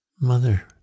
Mother